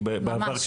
כי בעבר,